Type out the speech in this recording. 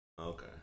Okay